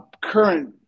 current